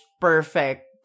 perfect